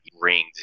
rings